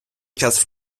час